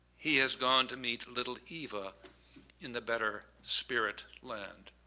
he has gone to meet little eva in the better spirit land.